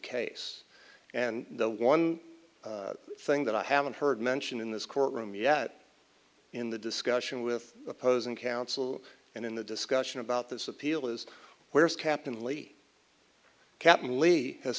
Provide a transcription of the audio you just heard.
case and the one thing that i haven't heard mentioned in this court room yet in the discussion with opposing counsel and in the discussion about this appeal is where is captain lee